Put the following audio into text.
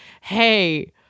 hey